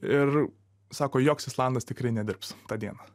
ir sako joks islandas tikrai nedirbs tą dieną